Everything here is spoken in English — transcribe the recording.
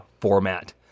format